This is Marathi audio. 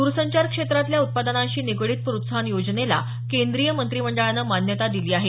द्रसंचार क्षेत्रातल्या उत्पादनांशी निगडित प्रोत्साहन योजनेला केंद्रीय मंत्रिमंडळाने मान्यता दिली आहे